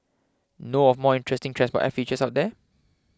know of more interesting transport app features out there